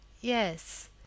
Yes